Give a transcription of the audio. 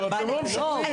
אבל אתם לא משכנעים.